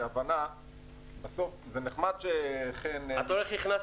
בגלל שאני גם מכיר